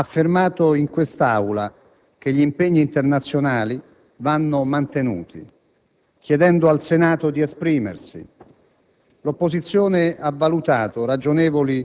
Il ministro Parisi ha affermato in quest'Aula che gli impegni internazionali vanno mantenuti, chiedendo al Senato di esprimersi.